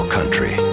Country